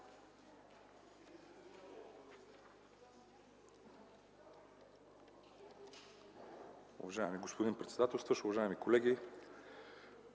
Уважаеми господин председател, уважаеми колеги!